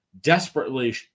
desperately